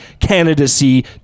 candidacy